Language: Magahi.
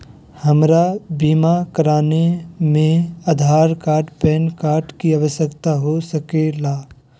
हमरा बीमा कराने में आधार कार्ड पैन कार्ड की आवश्यकता हो सके ला?